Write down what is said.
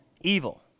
evil